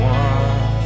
one